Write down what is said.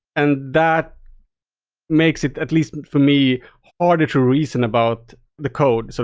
and that makes it at least for me harder to reason about the code, so